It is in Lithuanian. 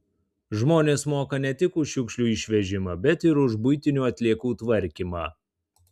žmonės moka ne tik už šiukšlių išvežimą bet ir už buitinių atliekų tvarkymą